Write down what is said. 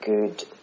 good